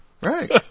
Right